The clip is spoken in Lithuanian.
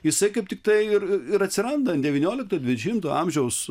jisai kaip tiktai ir atsiranda ant devyniolikto dvidešimto amžiaus